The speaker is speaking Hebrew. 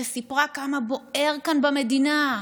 שסיפרה כמה בוער כאן במדינה,